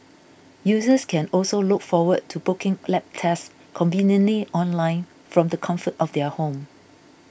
users can also look forward to booking lab tests conveniently online from the comfort of their home